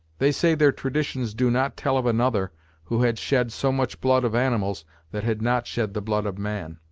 they say their traditions do not tell of another who had shed so much blood of animals that had not shed the blood of man.